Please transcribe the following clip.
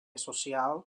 social